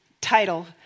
title